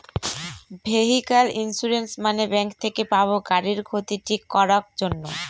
vehicle insurance মানে bank থেকে পাবো গাড়ির ক্ষতি ঠিক করাক জন্যে